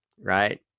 right